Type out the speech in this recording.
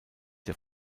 der